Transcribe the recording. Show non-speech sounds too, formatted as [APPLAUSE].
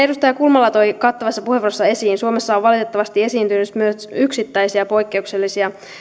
[UNINTELLIGIBLE] edustaja kulmala toi kattavassa puheenvuorossaan esiin suomessa on valitettavasti esiintynyt myös yksittäisiä poikkeuksellisia